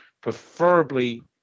preferably